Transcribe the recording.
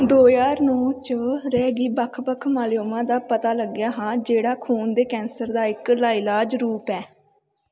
दो ज्हार नौ च रे गी बक्ख बक्ख मायलोमा दा पता लग्गेआ हा जेह्ड़ा खून दे कैंसर दा इक लाइलाज रूप ऐ